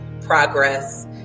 progress